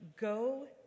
Go